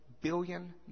billion